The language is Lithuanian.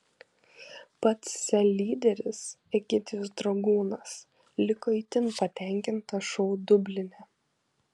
pats sel lyderis egidijus dragūnas liko itin patenkintas šou dubline